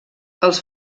els